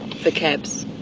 for cabs.